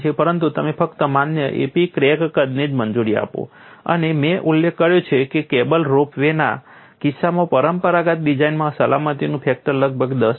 પરંતુ તમે ફક્ત માન્ય a p ક્રેક કદને જ મંજૂરી આપશો અને મેં ઉલ્લેખ કર્યો હતો કે કેબલ રોપ વેના કિસ્સામાં પરંપરાગત ડિઝાઇનમાં સલામતીનું ફેક્ટર લગભગ 10 છે